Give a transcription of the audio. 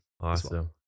Awesome